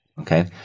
Okay